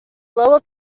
global